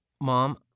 Mom